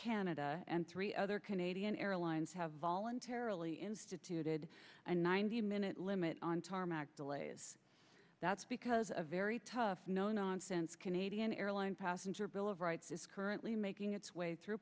canada and three other canadian airlines have voluntarily instituted a ninety minute limit on tarmac delays that's because a very tough no nonsense canadian airline passenger bill of rights is currently making its way through